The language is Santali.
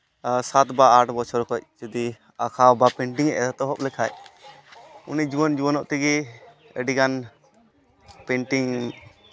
ᱥᱟᱛ ᱵᱟ ᱟᱴ ᱵᱚᱪᱷᱚᱨ ᱠᱷᱚᱡ ᱡᱩᱫᱤ ᱟᱸᱠᱟᱣ ᱵᱟ ᱯᱮᱱᱴᱤᱝ ᱮ ᱮᱛᱚᱦᱚᱵ ᱞᱮᱠᱷᱟᱡ ᱩᱱᱤ ᱡᱩᱣᱟᱹᱱ ᱡᱩᱣᱟᱹᱱᱚᱜ ᱛᱮᱜᱮ ᱟᱹᱰᱤᱜᱟᱱ ᱯᱮᱱᱴᱤᱝ